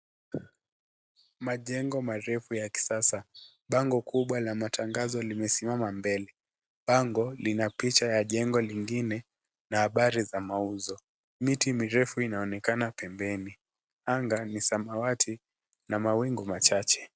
Majengo marefu ya kisasa. Bango kubwa la matangazo limesimama mbele. Bango lina picha ya jengo lingine na habari za mauzo. Miti mirefu inaonekana pembeni. Anga ni samawati na mawingu machache.